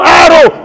arrow